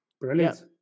brilliant